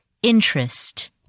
Interest